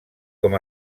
com